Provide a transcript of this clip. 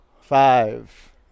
Five